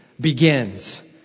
begins